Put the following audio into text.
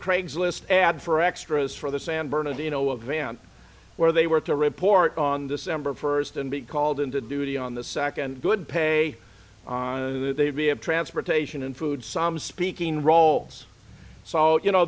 craigslist ad for extras for the san bernardino of van where they were to report on december first and be called into duty on the second good pay honor that they be have transportation and food some speaking roles so you know